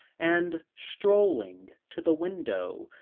and, strolling to the window,